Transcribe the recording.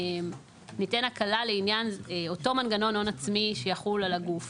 אם ניתן הקלה לעניין אותו מנגנון של ההון העצמי שיחול על הגוף